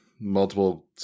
multiple